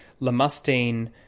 lamustine